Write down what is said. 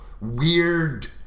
weird